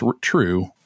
true